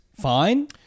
fine